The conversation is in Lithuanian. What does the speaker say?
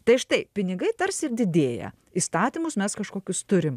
tai štai pinigai tarsi ir didėja įstatymus mes kažkokius turim